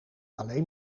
alleen